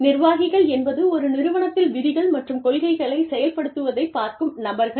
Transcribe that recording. நிர்வாகிகள் என்பது ஒரு நிறுவனத்தில் விதிகள் மற்றும் கொள்கைகளை செயல்படுத்துவதைப் பார்க்கும் நபர்கள்